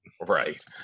Right